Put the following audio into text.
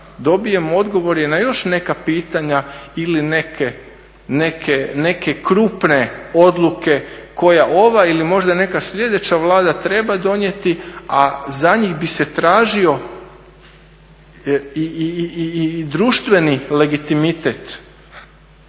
dobijemo odgovor i na još neka pitanja ili neke krupne odluke koja ova ili možda neka sljedeća Vlada treba donijeti a za njih bi se tražio i društveni legitimitet